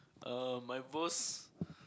um my most